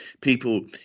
people